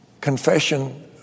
confession